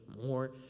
more